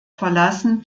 verlassen